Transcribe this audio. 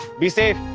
be safe.